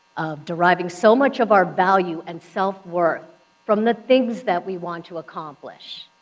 deriving so much of our value and self-worth from the things that we want to accomplish.